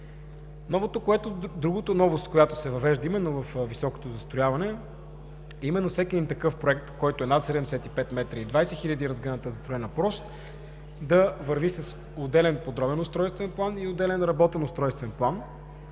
Другата новост, която се въвежда във високото застрояване, е именно всеки един такъв проект, който е над 75 м и 20 хил. кв. м разгъната застроена площ, да върви с отделен подробен устройствен план и отделен работен устройствен план,